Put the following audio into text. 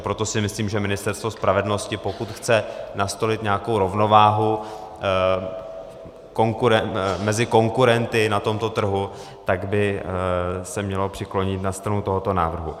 Proto si myslím, že Ministerstvo spravedlnosti, pokud chce nastolit nějakou rovnováhu mezi konkurenty na tomto trhu, by se mělo přiklonit na stranu tohoto návrhu.